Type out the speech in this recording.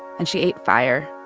and she ate fire.